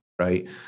right